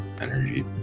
energy